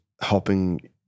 helping